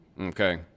Okay